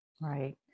Right